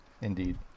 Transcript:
indeed